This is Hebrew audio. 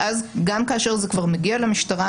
ואז גם כאשר זה כבר מגיע למשטרה,